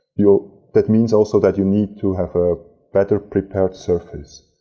you know that means, also, that you need to have a better prepared surface.